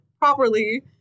properly